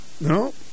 No